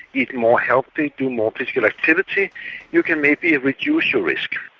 eat more healthy, do more physical activity you can maybe reduce your risk.